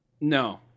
No